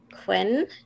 Quinn